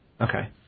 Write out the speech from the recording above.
Okay